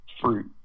fruit